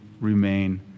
remain